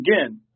again